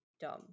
dumb